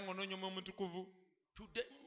Today